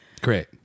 great